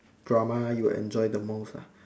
drama you enjoy the most ah